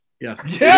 Yes